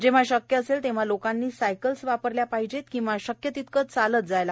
जेव्हा शक्य असेल तेव्हा लोकांनी सायकल वापरल्या पाहिजेत किंवा शक्य तितके चालत जावे